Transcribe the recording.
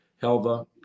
Helva